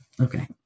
Okay